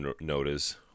notice